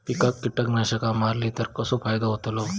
पिकांक कीटकनाशका मारली तर कसो फायदो होतलो?